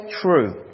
true